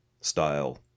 style